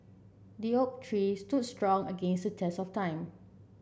the oak tree stood strong against the test of time